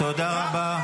תודה רבה.